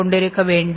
கொண்டிருக்கவேண்டும்